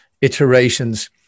iterations